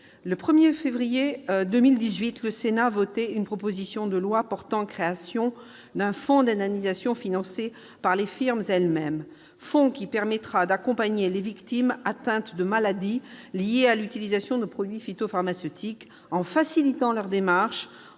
Le 1 février 2018, le Sénat a voté une proposition de loi portant création d'un fonds d'indemnisation financé par les firmes elles-mêmes. Ce fonds permettra d'accompagner les victimes atteintes de maladies liées à l'utilisation de produits phytopharmaceutiques, en facilitant leurs démarches,